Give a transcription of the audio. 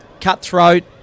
cutthroat